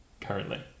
currently